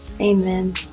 Amen